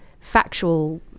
factual